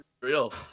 real